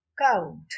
Count